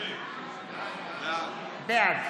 בעד